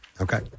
Okay